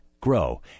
grow